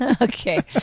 Okay